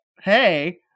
Hey